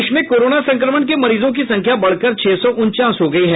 देश में कोरोना संक्रमण के मरीजों की संख्या बढ़कर छह सौ उनचास हो गई है